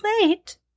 late